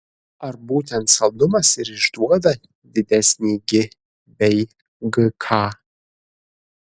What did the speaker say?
ar būtent saldumas ir išduoda didesnį gi bei gk